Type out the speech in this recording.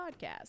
Podcast